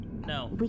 No